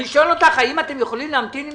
אני שואל אותך האם אתם יכולים להמתין עם